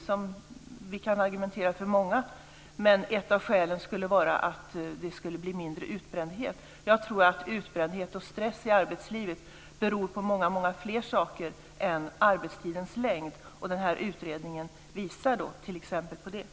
Många av oss kan argumentera för en sådan, och ett av skälen skulle vara att vi skulle få mindre av utbrändhet. Jag tror att utbrändhet och stress i arbetslivet också beror på många fler saker än arbetstidens längd, och den här utredningen visar bl.a. på detta.